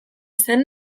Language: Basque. zen